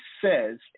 says